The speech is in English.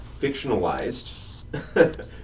fictionalized